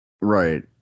Right